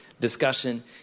discussion